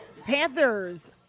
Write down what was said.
Panthers